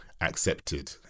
accepted